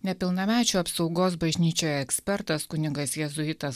nepilnamečių apsaugos bažnyčioje ekspertas kunigas jėzuitas